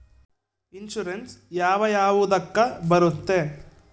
Insurance ಯಾವ ಯಾವುದಕ್ಕ ಬರುತ್ತೆ?